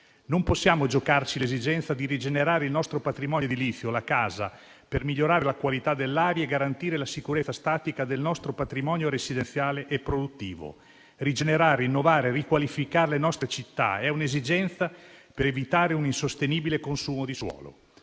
Non possiamo giocarci l'esigenza di rigenerare il nostro patrimonio edilizio, la casa, per migliorare la qualità dell'aria e garantire la sicurezza statica del nostro patrimonio residenziale e produttivo. Rigenerare, rinnovare e riqualificare le nostre città è un'esigenza per evitare un insostenibile consumo di suolo.